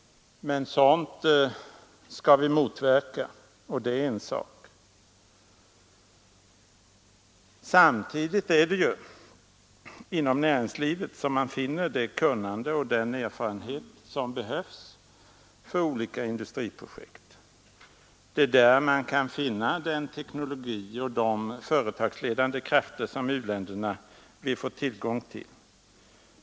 Sådant skall vi motverka, och det är en sak. Samtidigt är det inom näringslivet som man finner det kunnande och den erfarenhet som behövs för olika industriprojekt. Det är där man kan finna den teknologi och de företagsledande krafter som u-länderna vill få tillgång till.